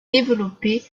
développée